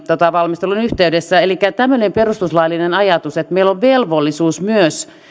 valmistelun yhteydessä elikkä on tämmöinen perustuslaillinen ajatus että meillä on velvollisuus myös